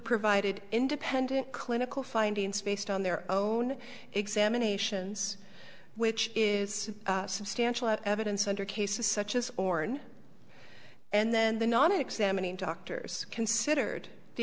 provided independent clinical findings based on their own examinations which is substantial evidence under cases such as orn and then the non examining doctors considered the